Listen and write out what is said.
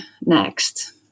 next